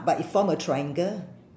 but it form a triangle